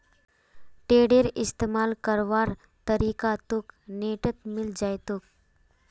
टेडरेर इस्तमाल करवार तरीका तोक नेटत मिले जई तोक